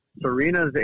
Serena's